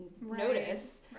notice